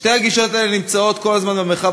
שתי הגישות האלה נמצאות כל הזמן במרחב